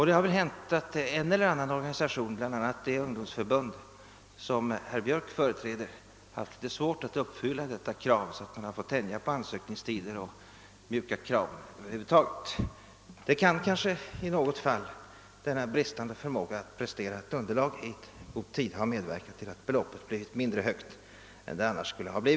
Det har väl hänt att en eller annan organisation, bl.a. det ungdomsförbund som herr Björck företräder, har haft litet svårt att uppfylla detta krav så att man har fått tänja på ansökningstider och mjuka upp kraven över huvud taget. Denna bristande förmåga att prestera ett underlag i god tid kan kanske i något fall ha medverkat till att beloppet blivit lägre än det annars skulle ha varit.